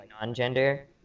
non-gender